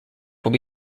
will